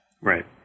Right